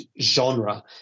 genre